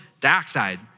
dioxide